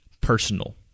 personal